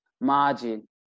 margin